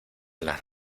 las